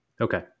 Okay